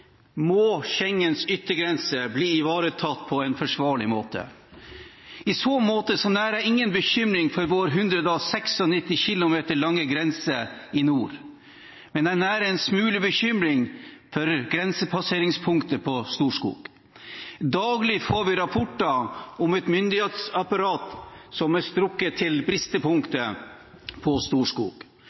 må Schengens yttergrense ivaretas på en forsvarlig måte. I så måte nærer jeg ingen bekymring for vår 196 km lange grense i nord, men jeg nærer en smule bekymring for grensepasseringspunktet på Storskog. Daglig får vi rapporter om et myndighetsapparat som er strukket til bristepunktet på